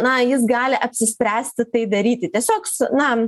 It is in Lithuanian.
na jis gali apsispręsti tai daryti tiesiog na